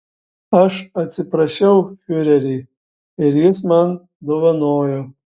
aš atsiprašiau fiurerį ir jis man dovanojo